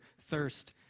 thirst